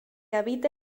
habita